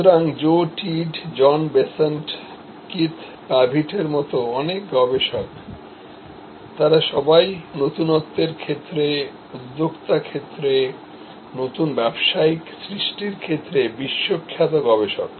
সুতরাং Joe Tidd John Bessant Keith প্যাভিটের মতো অনেক গবেষক তারা সবাই নতুনত্বের ক্ষেত্র উদ্যোক্তা ক্ষেত্রে নতুন ব্যবসায়িক সৃষ্টির ক্ষেত্রে বিশ্বখ্যাত গবেষক